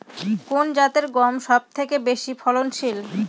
কোন জাতের গম সবথেকে বেশি ফলনশীল?